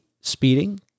speeding